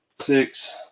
six